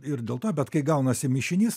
ir dėl to bet kai gaunasi mišinys